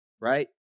right